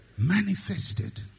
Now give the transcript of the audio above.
Manifested